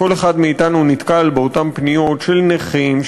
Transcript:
כל אחד מאתנו נתקל באותן פניות של נכים,